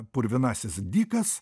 purvinasis dykas